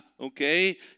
Okay